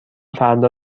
فردا